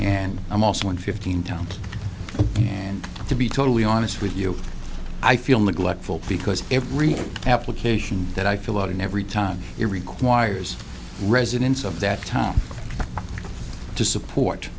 and i'm also in fifteen towns and to be totally honest with you i feel neglectful because every application that i fill out and every time it requires residents of that town to support